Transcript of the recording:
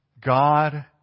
God